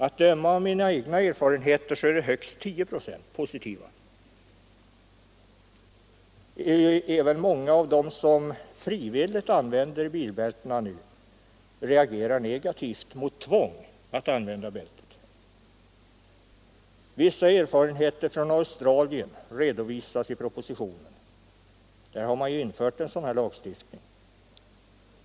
Att döma av mina egna erfarenheter är högst 10 procent positiva till en tvångslagstiftning. Även många av dem som nu frivilligt använder bilbälte reagerar negativt mot ett eventuellt tvång att använda det. Vissa erfarenheter från Australien redovisas i propositionen. Där har man infört en sådan här tvångslagstiftning.